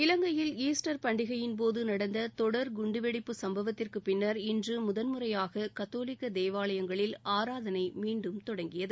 இலங்கையில் ஈஸ்டர் பண்டிகையின் போது நடந்த தொடர் குண்டுவெடிப்பு சம்பவத்திற்கு பின்னா் இன்று முதல்முறையாக கத்தோலிக்க தேவாலயங்களில் ஆராதனை மீண்டும் தொடங்கியது